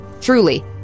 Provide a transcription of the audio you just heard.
truly